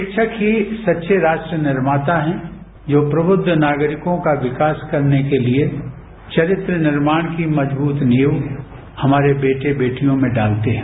शिक्षक ही सच्चे राष्ट्र निर्माता है जो प्रबुद्ध नागरिकों का विकास करने के लिए चरित्र निर्माण की मजबूत नींव हमारे वेटे वेटियों में डालते हैं